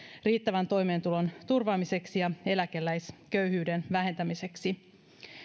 riittävän toimeentulon turvaamiseksi ja eläkeläisköyhyyden vähentämiseksi